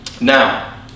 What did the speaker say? Now